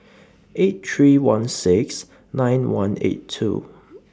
eight three one six nine one eight two